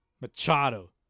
Machado